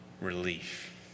relief